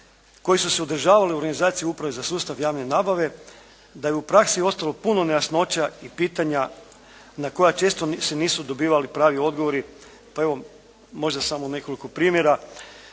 koji su se održavali u organizaciji uprave za sustav javne nabave, da je u praksi ostalo puno nejasnoća i pitanja na koja se često nisu dobivali pravi odgovori pa evo možda samo nekoliko primjera.